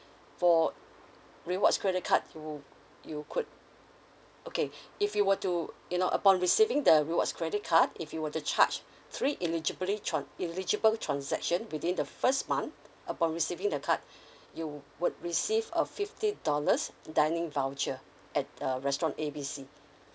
for rewards credit card you you could okay if you were to you know upon receiving the rewards credit card if you were to charge three illegibly tran~ illegible transaction within the first month upon receiving the card you would receive a fifty dollars dining voucher at uh restaurant A B C